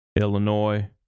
Illinois